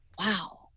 wow